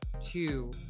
two